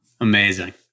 Amazing